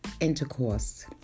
intercourse